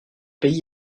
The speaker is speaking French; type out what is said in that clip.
pays